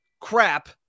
crap